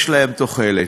יש להם תוחלת.